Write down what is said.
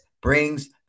brings